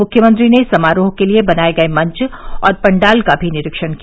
मुख्यमंत्री ने समारोह के लिए बनाए गए मंच और पंडाल का भी निरीक्षण किया